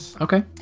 okay